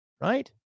Right